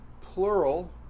plural